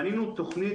בנינו תוכנית,